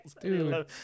Dude